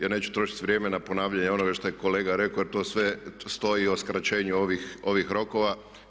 Ja neću trošiti vrijeme na ponavljanje onoga što je kolega rekao, jer to sve stoji o skraćenju ovih rokova.